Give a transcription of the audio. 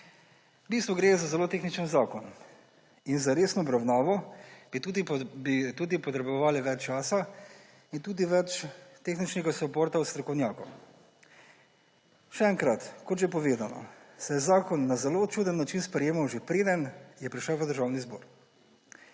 bistvu gre za zelo tehničen zakon in za resno obravnavo bi tudi potrebovali več časa in tudi več tehničnega supporta od strokovnjakov. Še enkrat, kot že povedano, se je zakon na zelo čuden način sprejemal, že preden je prišel v Državni zbor.